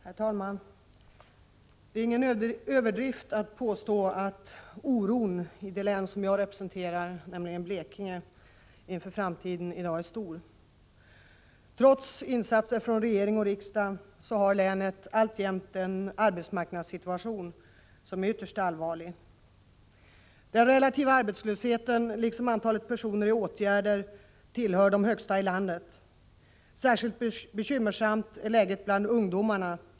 Herr talman! Det är ingen överdrift att påstå att oron i det län jag representerar, nämligen Blekinge, i dag är stor med tanke på framtiden. Trots insatser från regering och riksdag har länet alltjämt en arbetsmarknadssituation som är ytterst allvarlig. Den relativa arbetslösheten liksom antalet personer som är föremål för arbetsmarknadsåtgärder tillhör de högsta i landet. Särskilt bekymmersamt är läget bland ungdomarna.